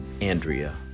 Andrea